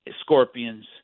Scorpions